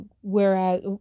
whereas